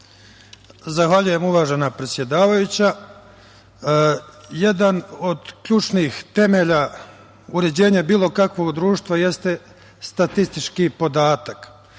Zahvaljujem, uvažena predsedavajuća. Jedan od ključnih temelja uređenja bilo kakvog društva jeste statistički podatak.